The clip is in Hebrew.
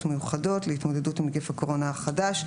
מיוחדות להתמודדות עם נגיף הקורונה החדש,